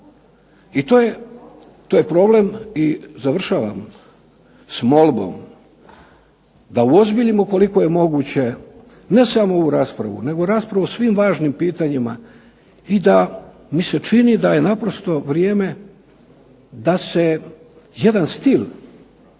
i to je problem. I završavam s molbom da uozbiljimo koliko je moguće ne samo ovu raspravu nego raspravu o svim važnim pitanjima i da mi se čini da je naprosto vrijeme da se jedan stil